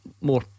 More